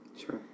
sure